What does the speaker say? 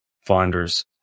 finders